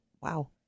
wow